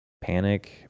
Panic